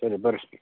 ಸರಿ ಬರ್ಸಿ